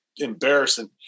Embarrassing